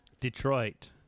detroit